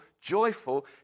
joyful